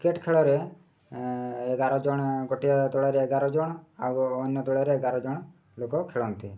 cricket ଖେଳରେ ଏଗାର ଜଣ ଗୋଟିଏ ତଳରେ ଏଗାର ଜଣ ଆଉ ଅନ୍ୟ ତଳରେ ଏଗାର ଜଣ ଲୋକ ଖେଳନ୍ତି